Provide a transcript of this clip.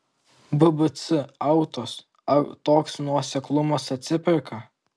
bbc autos ar toks nuoseklumas atsiperka